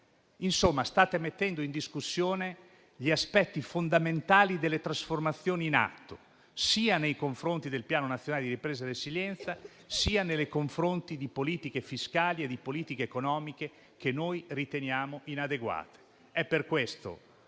Insomma, state mettendo in discussione gli aspetti fondamentali delle trasformazioni in atto sia nei confronti del Piano nazionale di ripresa e resilienza, sia nei confronti di politiche fiscali ed economiche che riteniamo inadeguate. È per questo